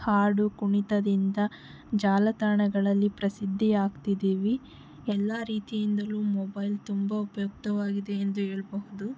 ಹಾಡು ಕುಣಿತದಿಂದ ಜಾಲತಾಣಗಳಲ್ಲಿ ಪ್ರಸಿದ್ಧಿಯಾಗ್ತಿದ್ದೀವಿ ಎಲ್ಲ ರೀತಿಯಿಂದಲೂ ಮೊಬೈಲ್ ತುಂಬ ಉಪಯುಕ್ತವಾಗಿದೆ ಎಂದು ಹೇಳಬಹುದು